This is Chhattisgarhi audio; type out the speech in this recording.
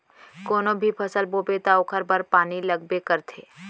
कोनो भी फसल बोबे त ओखर बर पानी लगबे करथे